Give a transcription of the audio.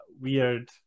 weird